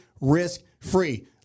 risk-free